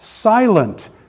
silent